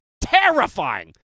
terrifying